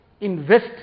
invest